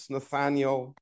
Nathaniel